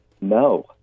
No